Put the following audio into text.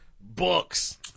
books